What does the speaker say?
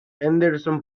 henderson